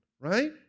Right